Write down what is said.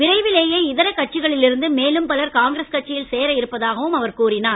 விரைவிலேயே இதர கட்சிகளில் இருந்து மேலும் பலர் காங்கிரஸ் கட்சியில் சேர இருப்பதாகவும் அவர் கூறினார்